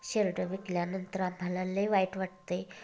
शेरडं विकल्यानंतर आम्हाला लय वाईट वाटतं आहे